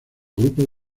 grupos